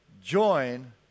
join